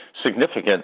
significant